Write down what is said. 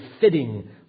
fitting